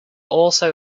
also